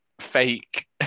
fake